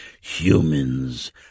Humans